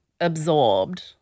absorbed